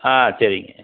ஆ சரிங்க